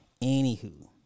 anywho